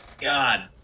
God